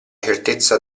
certezza